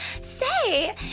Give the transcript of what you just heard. Say